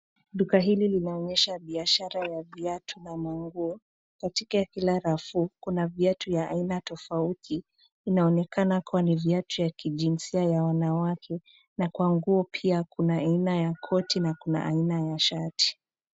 Duka hili linaonyesha biashara ya viatu na manguo katika kila rafu kuna viatu ya aina tofauti inaonekana kuwa ni viatu ya kijinsia ya wanawake na kwa nguo pia kuna aina ya koti na pia kuna aina ya shati.